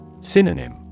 Synonym